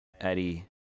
Eddie